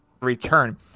return